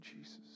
Jesus